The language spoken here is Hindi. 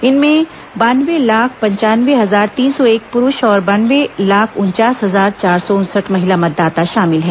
इनमें बयानवे लाख पंचानवे हजार तीन सौ एक पुरूष और बयानवे लाख उनचास हजार चार सौ उनसठ महिला मतदाता शामिल हैं